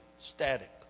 Static